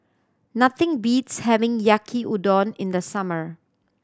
nothing beats having Yaki Udon in the summer